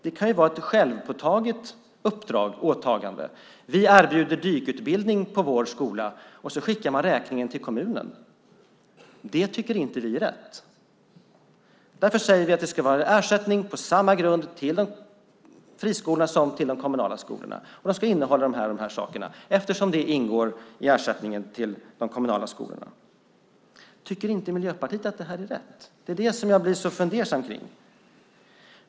Det kan ju vara ett självpåtaget uppdrag, till exempel att man erbjuder dykutbildning på skolan, och så skickar man räkningen till kommunen. Det tycker inte vi är rätt. Därför säger vi att det ska vara ersättning till friskolorna på samma grund som till de kommunala skolorna och att de ska innehålla vissa saker eftersom det ingår i ersättningen till de kommunala skolorna. Tycker inte Miljöpartiet att det här är rätt? Det är det som jag blir så fundersam om.